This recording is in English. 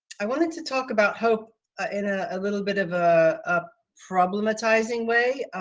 i wanted to talk about hope ah in a a little bit of ah a problematizing way,